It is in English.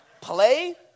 play